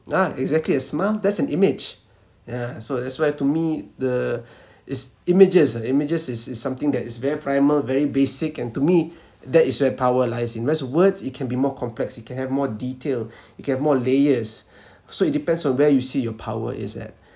nah exactly a smile that's an image yeah so that's why to me the is images ah images is is something that is very primal very basic and to me that is where power lies in whereas words it can be more complex it can have more detail it can have more layers so it depends on where you see your power is at